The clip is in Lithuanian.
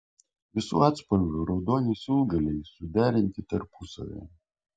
visų atspalvių raudoni siūlgaliai suderinti tarpusavyje